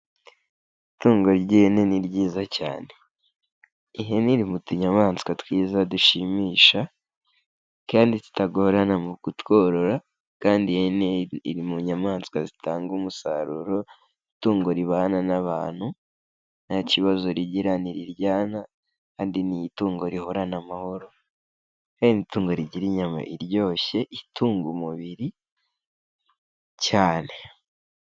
Itungo ry'ihene ni ryiza cyane, ihene iri mu tuyamaswa twiza dushimisha, kandi zitagorana mu kutworora, kandi ihene iri mu nyamaswa zitanga umusaruro, itungo ribana n'abantu, nta kibazo rigira ntiriryana kandi ni itungo rihorana amahoro, kandi nitungo rigira inyama iryoshye, itunga umubiri cyane.